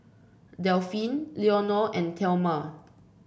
Delphine Leonor and Thelma